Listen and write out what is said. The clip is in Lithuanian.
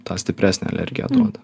tą stipresnę alergiją duoda